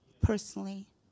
personally